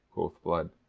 quoth blood.